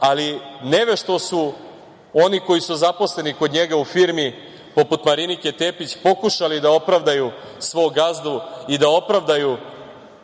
Ali, nevešto su oni koji su zaposleni kod njega u firmi, poput Marinike Tepić, pokušali da opravdaju svog gazdu i da opravdaju